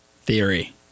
theory